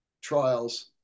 trials